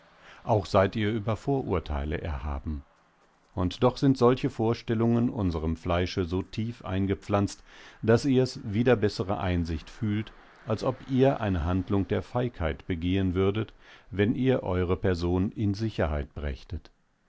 auch seid ihr über vorurteile erhaben und doch sind solche vorstellungen unserem fleische so tief eingepflanzt daß ihr es wider bessere einsicht fühlt als ob ihr eine handlung der feigheit begehen würdet wenn ihr eure person in sicherheit brächtet